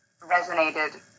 resonated